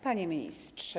Panie Ministrze!